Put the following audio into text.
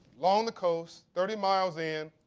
along the coast, thirty miles in,